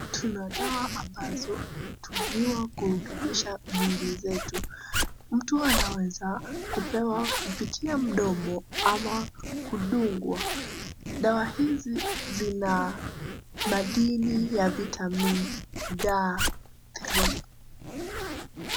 Tuna dawa ambazo hutumiwa kurutubisha miili zetu. Mtu anaweza kupewa kupitia mdomo ama kudungwa. Dawa hizi zina madini ya vitamini D 3 .